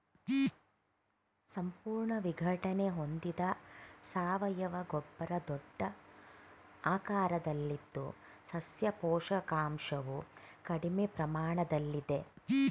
ಸಂಪೂರ್ಣ ವಿಘಟನೆ ಹೊಂದಿದ ಸಾವಯವ ಗೊಬ್ಬರ ದೊಡ್ಡ ಆಕಾರದಲ್ಲಿದ್ದು ಸಸ್ಯ ಪೋಷಕಾಂಶವು ಕಡಿಮೆ ಪ್ರಮಾಣದಲ್ಲಿದೆ